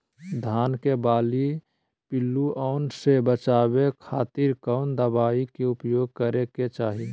धान के बाली पिल्लूआन से बचावे खातिर कौन दवाई के उपयोग करे के चाही?